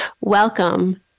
Welcome